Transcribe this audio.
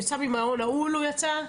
יצא ממעון נעול, הוא יצא?